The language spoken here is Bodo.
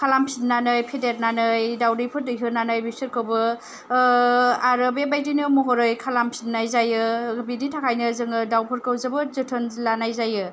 खालामफिननानै फेदेरनानै दाउदैफोर दैहोनानै बिसोरखौबो आरो बेबादिनो महरै खालामफिननाय जायो बेनि थाखायनो जोङो दाउफोरखौ जोबोद जोथोन लानाय जायो